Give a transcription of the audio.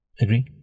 Agree